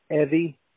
Evie